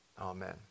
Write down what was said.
Amen